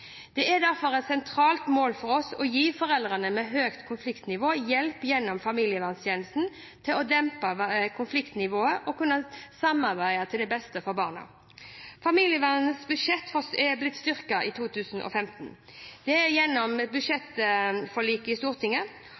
Det er derfor et sentralt mål for oss å gi foreldre med høyt konfliktnivå hjelp gjennom familieverntjenesten til å dempe konfliktnivået og kunne samarbeide til det beste for barnet. Familievernets budsjett er blitt styrket i 2015, bl.a. gjennom budsjettforliket i Stortinget.